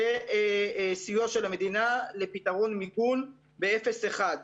לסיוע של המדינה לפתרון מיגון באפס עד אחד קילומטר.